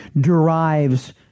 derives